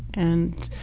and,